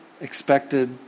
expected